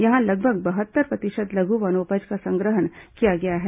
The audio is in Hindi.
यहां लगभग बहत्तर प्रतिशत लघ् वनोपज का संग्रहण किया गया है